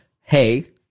hey